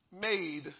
Made